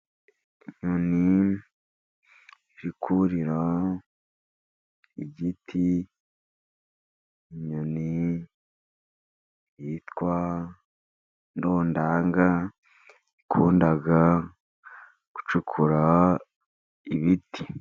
Inkoni iri kurira igiti, inyoni yitwa ndondananga, ikunda gucukura ibiti.